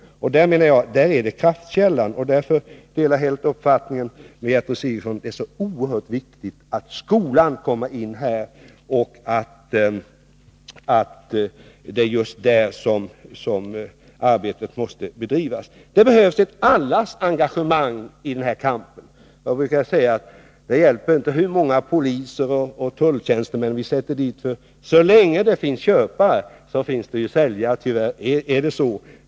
Där finns, menar jag, kraftkällan. Jag delar helt Gertrud Sigurdsens uppfattning att det är oerhört viktigt att skolan kommer in, och det är just där arbetet måste bedrivas. Allas engagemang behövs i den här kampen. Jag brukar säga att det inte hjälper hur många poliser och tulltjänstemän vi sätter in — så länge det finns köpare finns det säljare. Tyvärr är det så.